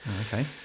Okay